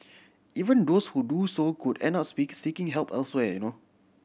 even those who do so could end up speak seeking help elsewhere